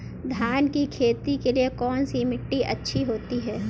धान की खेती के लिए कौनसी मिट्टी अच्छी होती है?